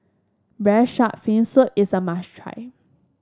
Braised Shark Fin Soup is a must try